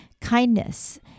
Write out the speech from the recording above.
kindness